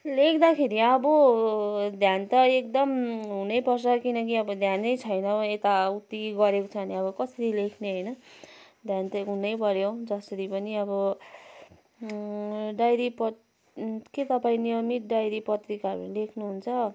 लेख्दाखेरि अब ध्यान त एकदम हुनैपर्छ किनकि अब ध्यानै छैन यता उति गरेको छ भने कसरी लेख्ने होइन ध्यान त हुनै पऱ्यो जसरी पनि अब डायरी के तपाईँ नियमित डायरी पत्रिकाहरू लेख्नुहन्छ